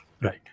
Right